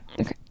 okay